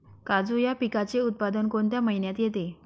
काजू या पिकाचे उत्पादन कोणत्या महिन्यात येते?